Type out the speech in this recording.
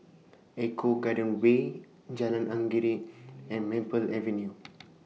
Eco Garden Way Jalan Anggerek and Maple Avenue